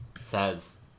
says